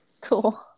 Cool